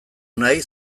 nahi